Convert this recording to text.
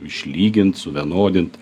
išlygint suvienodint